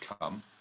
come